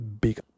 big